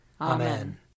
Amen